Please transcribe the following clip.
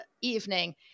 evening